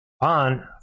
on